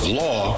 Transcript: law